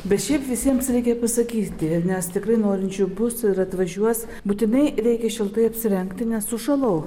bet šiaip visiems reikia pasakyti nes tikrai norinčių bus ir atvažiuos būtinai reikia šiltai apsirengti nes sušalau